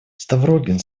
ставрогин